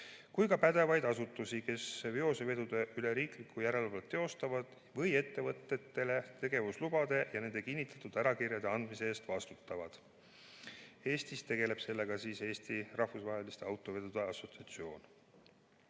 kui ka pädevaid asutusi, kes veosevedude üle riiklikku järelevalvet teostavad või ettevõtetele tegevuslubade ja nende kinnitatud ärakirjade andmise eest vastutavad. Eestis tegeleb sellega Eesti Rahvusvaheliste Autovedajate Assotsiatsioon.